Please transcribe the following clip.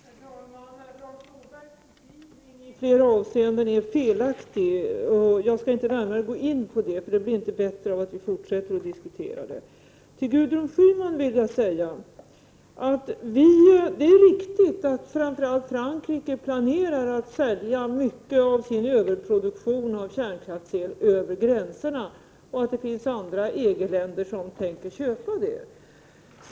Fru talman! Lars Norbergs kritik är i flera avseenden felaktig. Jag skall inte närmare gå in på det, för det blir inte bättre av att vi fortsätter att diskutera den saken. Till Gudrun Schyman vill jag säga att det är riktigt att framför allt Frankrike planerar att sälja mycket av sin överproduktion av kärnkraftsel över gränserna och att det finns andra EG-länder som tänker köpa den elen.